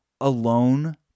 alone